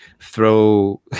throw